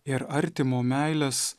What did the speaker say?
ir artimo meilės